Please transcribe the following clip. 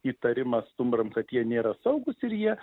įtarimą stumbrams kad jie nėra saugūs ir jie